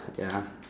ya